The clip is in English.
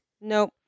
Nope